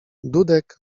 dudek